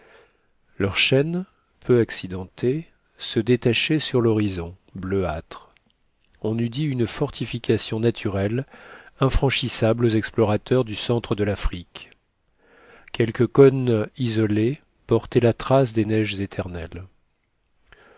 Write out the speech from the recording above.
leur chaîne peu accidentée se détachait sur l'horizon bleuâtre on eut dit une fortification naturelle infranchissable aux explorateur du centre de l'afrique quelques cônes isolés portaient la trace des neiges éternelles